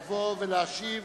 לבוא ולהשיב